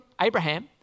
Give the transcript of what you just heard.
Abraham